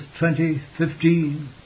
20.15